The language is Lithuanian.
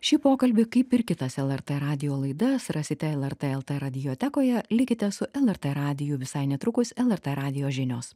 šį pokalbį kaip ir kitas lrt radijo laidas rasite lrt lt radiotekoje likite su lrt radiju visai netrukus lrt radijo žinios